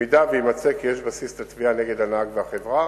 אם יימצא כי יש בסיס לתביעה נגד הנהג והחברה,